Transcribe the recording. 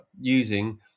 using